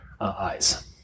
eyes